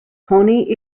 pony